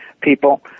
people